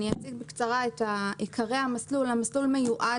אני אציג בקצרה את עיקרי המסלול: המסלול מיועד